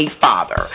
father